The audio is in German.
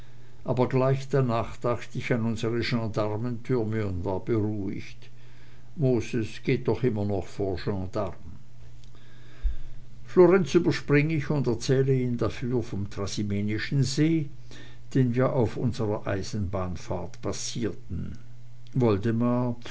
aber gleich danach dacht ich an unsere gendarmentürme und war beruhigt moses geht doch immer noch vor gendarm florenz überspring ich und erzähle ihnen dafür lieber vom trasimenischen see den wir auf unserer eisenbahnfahrt passierten woldemar